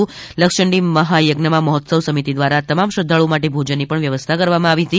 આ લક્ષચંડી મહાયજ્ઞમાં મહોત્સવ સમિતિ દ્રારા તમામ શ્રદ્ધાળુઓ માટે ભોજનની પણ વ્યવસ્થા કરવામાં આવી હતી